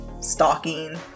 stalking